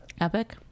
epic